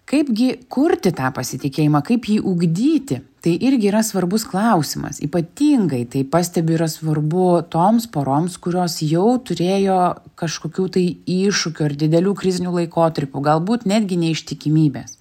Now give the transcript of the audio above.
kaipgi kurti tą pasitikėjimą kaip jį ugdyti tai irgi yra svarbus klausimas ypatingai tai pastebiu yra svarbu toms poroms kurios jau turėjo kažkokių tai iššūkių ir didelių krizinių laikotarpių galbūt netgi neištikimybės